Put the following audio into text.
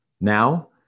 Now